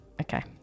Okay